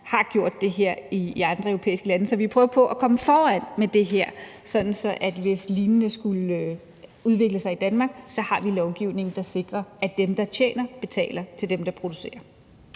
har gjort det her i andre europæiske lande. Vi prøver på at komme foran med det her, sådan at hvis noget lignende skulle udvikle sig i Danmark, har vi lovgivning, der sikrer, at dem, der tjener, betaler til dem, der producerer.